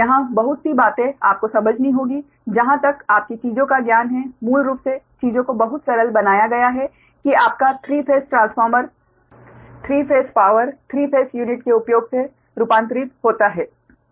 यहाँ बहुत सी बातें आपको समझनी होंगी जहाँ तक आपकी चीज़ों का ज्ञान है मूल रूप से चीजों को बहुत सरल बनाया गया है कि आपका 3 phase transformer 3 phase power 3 phase unit के उपयोग से रूपांतरित होता है